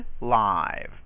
live